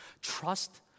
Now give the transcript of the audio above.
Trust